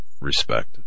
respect